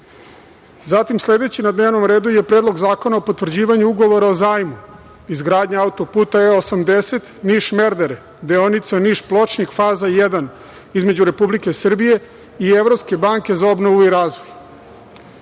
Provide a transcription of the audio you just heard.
saradnje. Sledeći na dnevnom redu je Predlog zakona o potvrđivanju Ugovora o zajmu, Izgradnja auto-puta E-80 Niš-Merdare, deonica Niš-Pločnik, faza 1) između Republike Srbije i Evropske banke za obnovu i